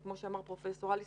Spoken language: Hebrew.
וכפי שאמר פרופ' אליס,